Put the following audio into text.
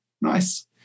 Nice